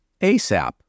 ASAP